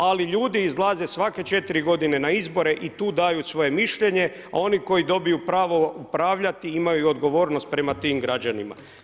Ali ljudi izlaze svake 4 godine na izbore i tu daju svoje mišljenje, a oni koji dobiju pravo upravljati imaju odgovornost prema tim građanima.